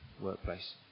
workplace